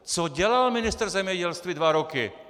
Co dělal ministr zemědělství dva roky?